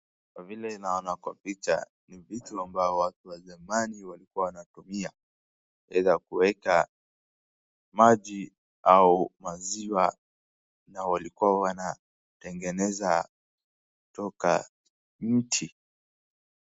Kwa vile naona kwa picha ni vitu ambao watu wa zamani walikuwa wanatumia. Aidha kuweka maji au maziwa na walikuwa wanatengeneza kutoka mti.